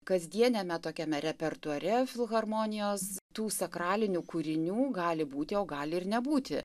kasdieniame tokiame repertuare filharmonijos tų sakralinių kūrinių gali būti o gali ir nebūti